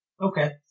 Okay